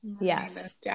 Yes